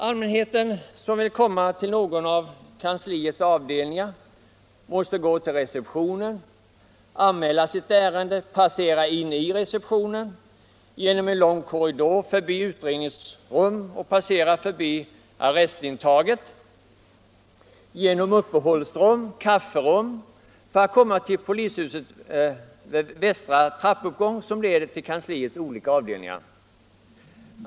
Allmänheten, som vill komma till någon av kansliets avdelningar, måste gå till receptionen, anmäla sitt ärende, passera in i receptionen, genom en lång korridor förbi utredningsrum, förbi arrestintaget och genom uppehållsrum/kafferum för att komma till polishusets västra trappuppgång, som leder till kansliets olika avdelningar.